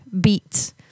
beats